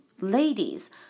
ladies